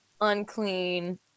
unclean